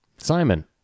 Simon